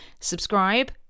subscribe